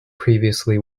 previously